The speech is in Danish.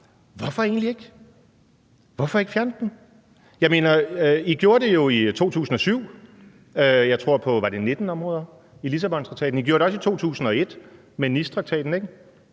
hvorfor egentlig ikke fjerne den? Jeg mener, I gjorde det jo i 2007 – var det på 19 områder? – i Lissabontraktaten. I gjorde det også i 2001 med Nicetraktaten, ikke?